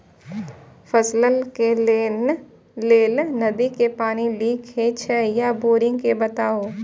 फसलक लेल नदी के पानी नीक हे छै या बोरिंग के बताऊ?